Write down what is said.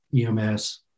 EMS